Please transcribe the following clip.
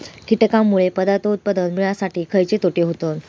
कीटकांनमुळे पदार्थ उत्पादन मिळासाठी खयचे तोटे होतत?